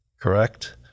correct